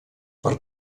per